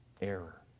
error